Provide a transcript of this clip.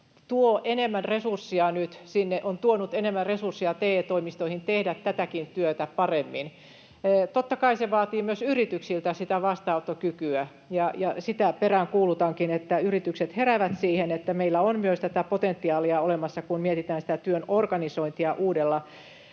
on tuonut enemmän resursseja TE-toimistoihin tehdä tätäkin työtä paremmin. Totta kai se vaatii myös yrityksiltä sitä vastaanottokykyä, ja sitä peräänkuulutankin, että yritykset heräävät siihen, että meillä on myös tätä potentiaalia olemassa, kun mietitään sitä työn organisointia uudella